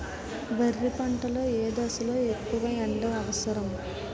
వరి పంట లో ఏ దశ లొ ఎక్కువ ఎండా అవసరం?